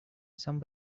some